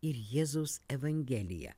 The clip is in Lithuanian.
ir jėzaus evangelija